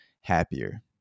happier